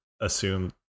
assume